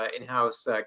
in-house